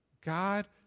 God